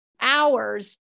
hours